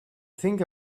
think